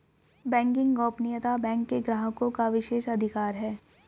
banking गोपनीयता bank के ग्राहकों का विशेषाधिकार है